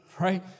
right